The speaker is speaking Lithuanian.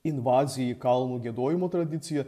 invazija į kalnų giedojimo tradiciją